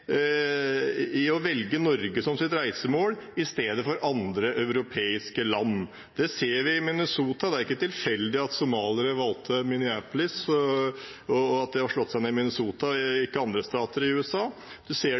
til å velge Norge som sitt reisemål i stedet for andre europeiske land. Det ser vi i Minnesota. Det er ikke tilfeldig at somaliere valgte Minneapolis, og at de har slått seg ned i Minnesota og ikke andre stater i USA. Vi ser det